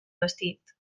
vestit